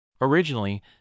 Originally